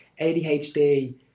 ADHD